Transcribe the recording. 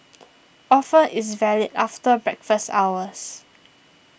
offer is valid after breakfast hours